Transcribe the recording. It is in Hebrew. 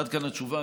עד כאן התשובה.